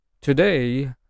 today